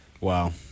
Wow